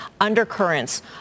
undercurrents